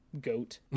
Goat